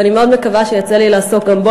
ואני מאוד מקווה שיצא לי לעסוק גם בו,